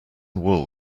wool